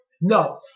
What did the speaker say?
No